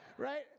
Right